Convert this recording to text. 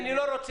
אני לא רוצה.